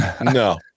No